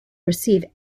receive